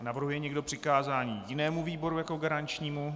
Navrhuje někdo přikázání jinému výboru jako garančnímu?